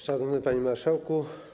Szanowny Panie Marszałku!